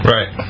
Right